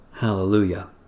Hallelujah